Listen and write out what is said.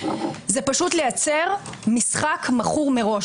זה פשוט לייצר משחק מכור מראש.